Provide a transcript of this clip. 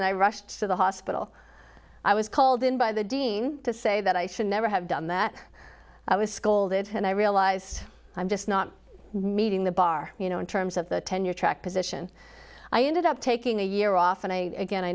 i rushed to the hospital i was called in by the dean to say that i should never have done that i was scolded and i realize i'm just not meeting the bar you know in terms of the tenure track position i ended up taking a year off and i again i